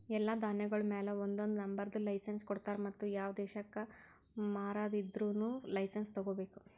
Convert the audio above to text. ಎಲ್ಲಾ ಧಾನ್ಯಗೊಳ್ ಮ್ಯಾಲ ಒಂದೊಂದು ನಂಬರದ್ ಲೈಸೆನ್ಸ್ ಕೊಡ್ತಾರ್ ಮತ್ತ ಯಾವ ದೇಶಕ್ ಮಾರಾದಿದ್ದರೂನು ಲೈಸೆನ್ಸ್ ತೋಗೊಬೇಕು